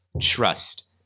trust